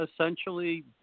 Essentially